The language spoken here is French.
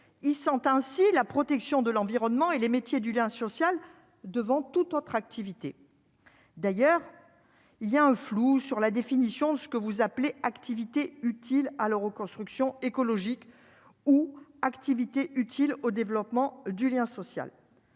ils sont ainsi la protection de l'environnement et les métiers du lien social devant toute autre activité. D'ailleurs, il y a un flou sur la définition de ce que vous appelez activités utiles à la reconstruction écologique ou activités utiles au développement du lien social.